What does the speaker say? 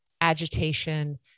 agitation